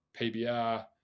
PBR